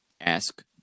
ask